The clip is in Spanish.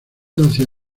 hacia